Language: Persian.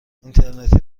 اینترنتی